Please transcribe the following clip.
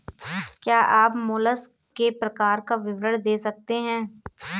क्या आप मोलस्क के प्रकार का विवरण दे सकते हैं?